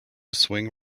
swing